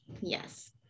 yes